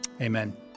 Amen